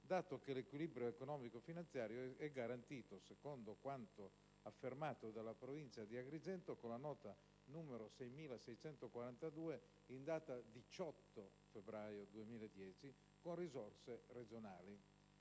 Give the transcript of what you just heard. dato che l'equilibrio economico-finanziario è garantito, secondo quanto affermato dalla Provincia di Agrigento con la nota n. 6642 in data 18 febbraio 2010, con risorse regionali.